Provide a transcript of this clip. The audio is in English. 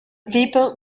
people